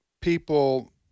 people